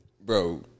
Bro